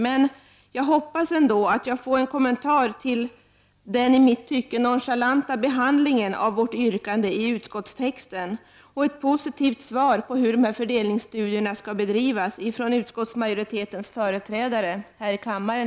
Men jag hoppas att jag ändå får en kommentar till den i mitt tycke nonchalanta behandlingen i utskottstexten av vårt yrkande. Jag hoppas att jag i stället får ett positivt svar när det gäller hur dessa fördelningsstudier skall bedrivas från utskottsmajoritetens företrädare här i kammaren.